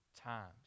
times